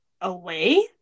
away